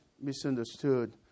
misunderstood